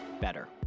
better